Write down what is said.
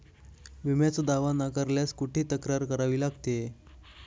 विम्याचा दावा नाकारल्यास कुठे तक्रार करावी लागते?